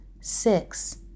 Six